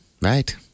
right